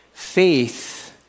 Faith